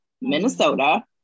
Minnesota